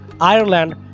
Ireland